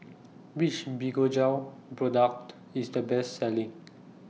Which Fibogel Product IS The Best Selling